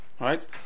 right